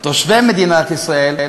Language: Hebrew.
תושבי מדינת ישראל,